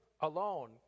alone